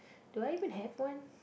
do I even have one